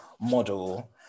model